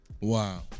Wow